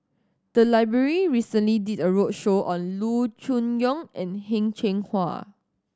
the library recently did a roadshow on Loo Choon Yong and Heng Cheng Hwa